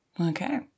Okay